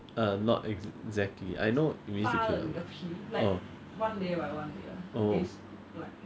uh not exactly I know is orh oh